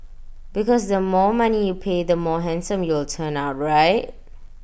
because the more money you pay the more handsome you will turn out right